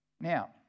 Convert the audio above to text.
now